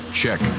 check